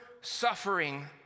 suffering